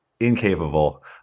incapable